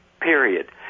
period